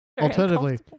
Alternatively